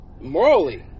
morally